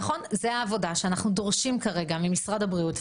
ונכון: זאת העבודה שאנחנו דורשים כרגע ממשרד הבריאות,